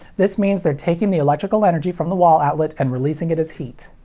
this means they're taking the electrical energy from the wall outlet and releasing it as heat.